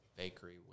bakery